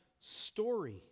story